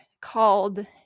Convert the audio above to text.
called